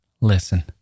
Listen